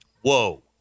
whoa